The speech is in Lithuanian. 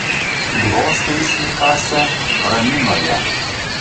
glostė jis mikasę ramino ją